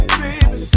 baby